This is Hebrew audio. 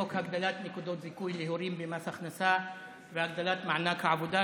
חוק הגדלת נקודות זיכוי להורים במס הכנסה והגדלת מענק העבודה,